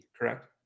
Correct